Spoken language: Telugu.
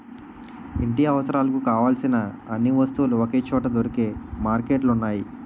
ఇంటి అవసరాలకు కావలసిన అన్ని వస్తువులు ఒకే చోట దొరికే మార్కెట్లు ఉన్నాయి